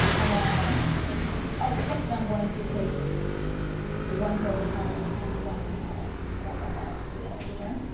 and then ooh, mining. oh, but first i'm going to take one poker card and one ten dolla, i forgot about that at the beginning of the turn.